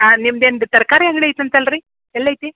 ಹಾಂ ನಿಮ್ಮದೇನ್ರಿ ತರಕಾರಿ ಅಂಗಡಿ ಐತಂತೆ ಅಲ್ರಿ ಎಲ್ಲೈತಿ